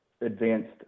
advanced